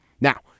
Now